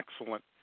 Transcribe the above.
excellent